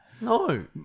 No